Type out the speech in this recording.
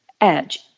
edge